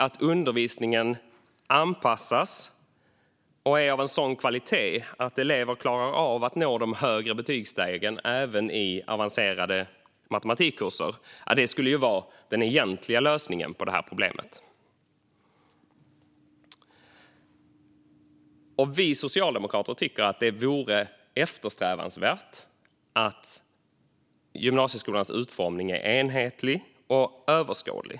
Att undervisningen anpassas och är av en sådan kvalitet att elever klarar av att nå de högre betygsstegen även i avancerade matematikkurser skulle vara den egentliga lösningen på detta problem. Vi socialdemokrater tycker att det vore eftersträvansvärt att gymnasieskolans utformning är enhetlig och överskådlig.